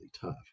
tough